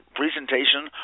presentation